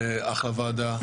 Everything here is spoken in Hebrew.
אחלה ועדה,